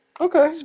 Okay